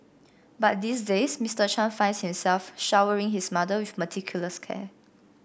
but these days Mister Chan finds himself showering his mother with meticulous care